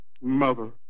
Mother